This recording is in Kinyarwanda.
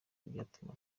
ibyatuma